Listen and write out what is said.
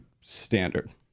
standard